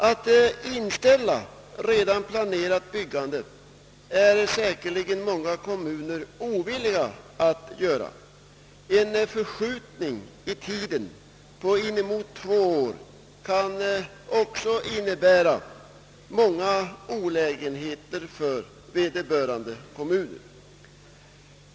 Att inställa redan planerat byggande är säkerligen många kommuner ovilliga att göra. En förskjutning i tiden på inemot två år kan också innebära rätt betydande olägenheter för vederbörande kommun.